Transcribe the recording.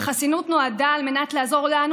החסינות נועדה על מנת לעזור לנו,